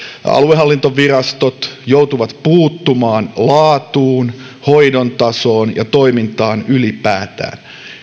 aluehallintovirastot joutuvat puuttumaan laatuun hoidon tasoon ja toimintaan ylipäätään